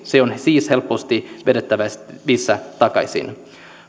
se on siis helposti vedettävissä takaisin